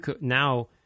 Now